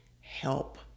help